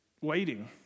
waiting